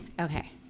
Okay